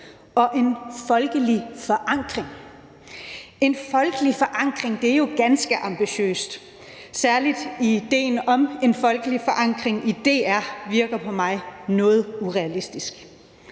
og en folkelig forankring. En folkelig forankring er jo ganske ambitiøst; særlig idéen om en folkelig forankring i DR virker på mig noget urealistisk.